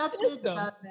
Systems